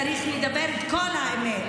צריך להגיד את כל האמת.